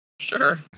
Sure